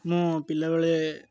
ମୁଁ ପିଲାବେଳେ